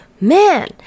man